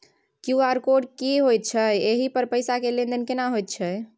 QR code की होयत छै एहि पर पैसा के लेन देन केना होयत छै?